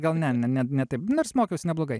gal ne ne ne ne taip nors mokiausi neblogai